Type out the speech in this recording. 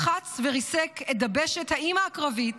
מחץ וריסק את דבשת האימא הקרבית,